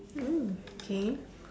mm K